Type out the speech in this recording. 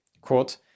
Quote